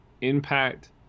impact